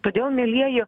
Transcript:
todėl mielieji